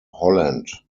holland